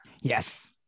Yes